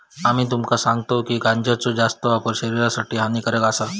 आम्ही तुमका सांगतव की गांजाचो जास्त वापर शरीरासाठी हानिकारक आसा